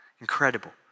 Incredible